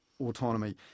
autonomy